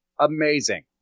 Amazing